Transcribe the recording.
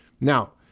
Now